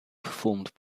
performed